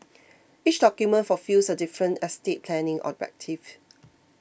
each document fulfils a different estate planning objective